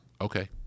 okay